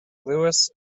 lewis